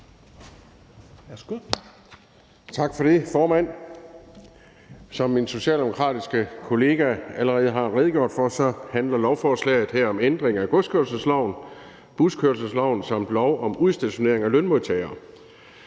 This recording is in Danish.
Tak for det, formand. Som min socialdemokratiske kollega allerede har redegjort for, handler lovforslaget her om ændring af godskørselsloven, buskørselsloven samt lov om udstationering af lønmodtagere.